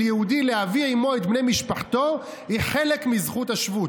יהודי להביא עימו את בני משפחתו היא "חלק מזכות השבות,